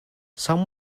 some